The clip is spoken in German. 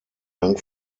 dank